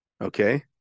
Okay